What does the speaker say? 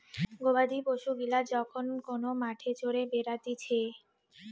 গবাদি পশু গিলা যখন কোন মাঠে চরে বেড়াতিছে